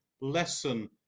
lesson